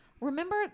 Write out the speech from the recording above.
Remember